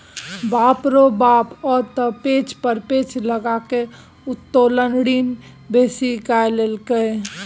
बाप रौ बाप ओ त पैंच पर पैंच लकए उत्तोलन ऋण बेसी कए लेलक